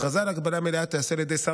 הכרזה על הגבלה מלאה תיעשה על ידי שר